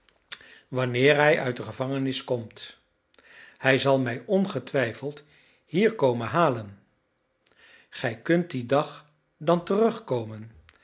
wanneer hij uit de gevangenis komt hij zal mij ongetwijfeld hier komen halen gij kunt dien dag dan terugkomen